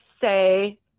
say